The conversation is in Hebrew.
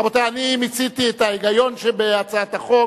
רבותי, אני מיציתי את ההיגיון שבהצעת החוק.